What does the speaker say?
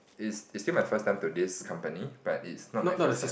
it's it's still my first time to this company but it's not my first time